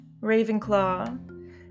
Ravenclaw